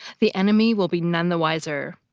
the enemy will be none the wiser.